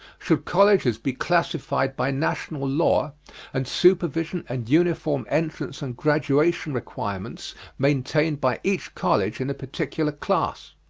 should colleges be classified by national law and supervision, and uniform entrance and graduation requirements maintained by each college in a particular class?